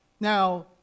Now